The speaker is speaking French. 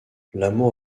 l’amour